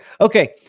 Okay